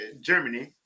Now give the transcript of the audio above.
Germany